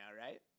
right